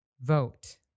vote